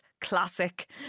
classic